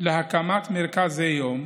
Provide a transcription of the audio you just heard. להקמת מרכזי יום,